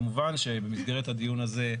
כמובן שבמסגרת הדיון הזה,